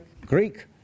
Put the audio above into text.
Greek